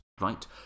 right